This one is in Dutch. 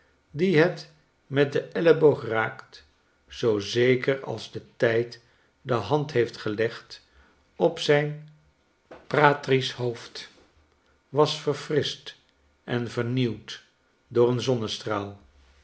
dien het met den elleboog raakt zoo zeker als de tijd de hand heeft gelegd op zijn pratricisch hoofd was verfrischt en vernieuwd door een zonnestraal